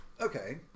Okay